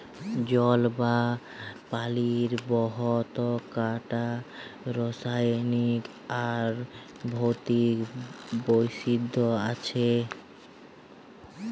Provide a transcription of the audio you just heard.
জল বা পালির বহুত কটা রাসায়লিক আর ভৌতিক বৈশিষ্ট আছে